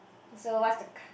so what's the co~